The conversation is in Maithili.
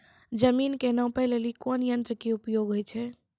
जमीन के नापै लेली कोन यंत्र के उपयोग होय छै?